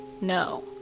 No